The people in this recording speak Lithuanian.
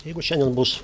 jeigu šiandien bus